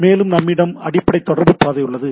மேலும் நம்மிடம் அடிப்படை தொடர்பு பாதை உள்ளது